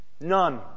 none